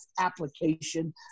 application